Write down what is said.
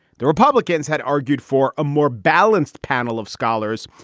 the republicans had argued for a more balanced panel of scholars.